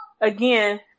again